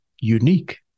unique